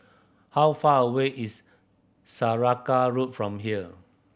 how far away is Saraca Road from here